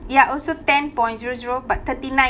ya also ten point zero zero but thirty-nine